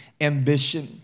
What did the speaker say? ambition